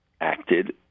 acted